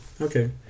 Okay